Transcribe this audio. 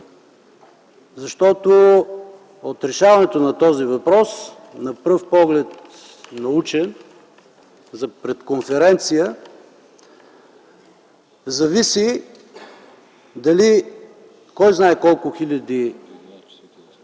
другите. От решаването на този въпрос, на пръв поглед научен, за пред конференция, зависи дали кой знае колко хиляди